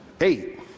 eight